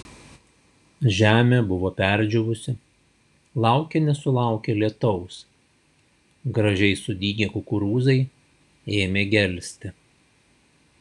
žemė buvo perdžiūvusi laukė nesulaukė lietaus gražiai sudygę kukurūzai ėmė gelsti